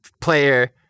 player